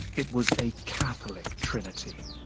it was a catholic trinity.